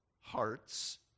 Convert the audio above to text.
hearts